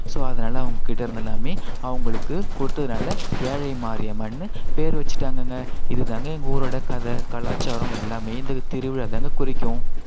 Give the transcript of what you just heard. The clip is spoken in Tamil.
ஸோ அதனால அவங்க கிட்டருந்த எல்லாமே அவங்களுக்கு கொடுத்ததுனால ஏழை மாரியம்மன்னு பேர் வச்சிட்டாங்கங்க இது தாங்க எங்கள் ஊரோட கதை கலாச்சாரம் எல்லாமே இந்த திருவிழாதாங்க குறிக்கும்